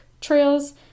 trails